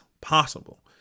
possible